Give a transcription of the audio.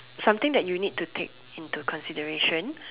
something that you need to take into consideration